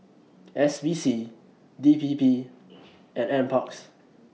S P C D P P and NParks